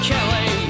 Kelly